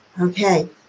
Okay